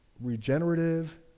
regenerative